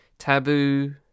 Taboo